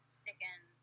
sticking